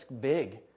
big